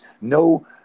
No